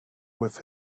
with